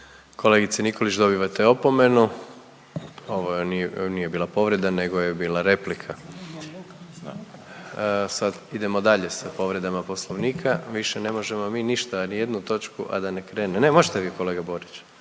Kolegice Nikolić, dobivate opomenu. Ovo nije bila povreda nego je bila replika. Sad idemo dalje sa povredama Poslovnika. Više ne možemo mi ništa, nijednu točku, a da ne krene. Ne, možete vi kolega Borić,